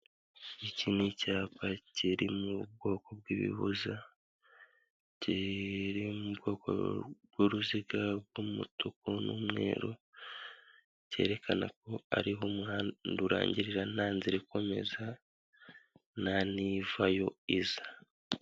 Iki ni icyapa kirimo ubwoko bw'ibibuza kiri mu bwoko bw'uruziga rw'umutuku n'umweru cyerekana ko ariho umuhanda urangirira nta nzira ikomeza, ntanivayo iza.